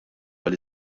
għal